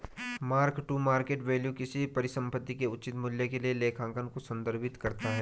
mark to market value किसी परिसंपत्ति के उचित मूल्य के लिए लेखांकन को संदर्भित करता है